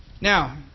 Now